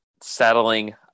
settling